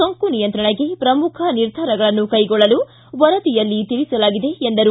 ಸೋಂಕು ನಿಯಂತ್ರಣಕ್ಕೆ ಪ್ರಮುಖ ನಿರ್ಧಾರಗಳನ್ನು ಕೈಗೊಳ್ಳಲು ವರದಿಯಲ್ಲಿ ತಿಳಿಸಲಾಗಿದೆ ಎಂದರು